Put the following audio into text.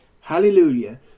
Hallelujah